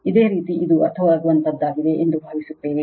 ಇದೇ ರೀತಿ ಇದು ಅರ್ಥವಾಗುವಂತಹದ್ದಾಗಿದೆ ಎಂದು ಭಾವಿಸುತ್ತೇವೆ